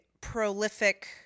prolific